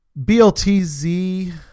BLTZ